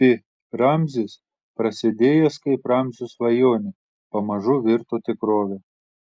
pi ramzis prasidėjęs kaip ramzio svajonė pamažu virto tikrove